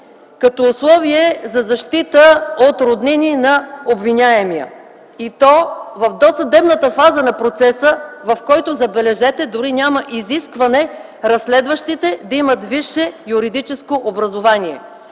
като условие за защита от роднини на обвиняемия и то в досъдебната фаза на процеса, в който, забележете, дори няма изискване разследващите да имат висше юридическо образование.